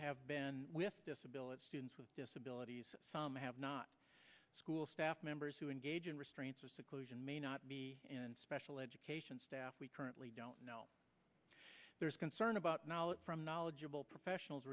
have been with disability students with disabilities some have not school staff members who engage in restraints or seclusion may not be in special education staff we currently don't know there is concern about knowledge from knowledgeable professionals